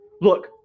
Look